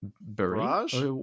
Barrage